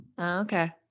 Okay